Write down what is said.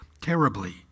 terribly